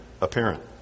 apparent